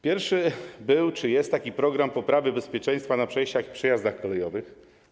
Pierwszy był czy jest taki program poprawy bezpieczeństwa na przejściach i przejazdach kolejowych.